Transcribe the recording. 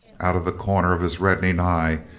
out of the corner of his reddening eye,